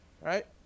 right